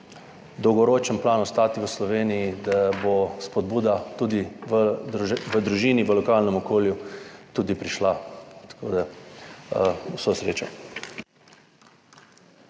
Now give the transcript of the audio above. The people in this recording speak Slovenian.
dolgoročen plan ostati v Sloveniji, bo spodbuda tudi v družini, v lokalnem okolju tudi prišla. Tako da vso srečo.